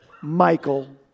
Michael